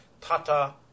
tata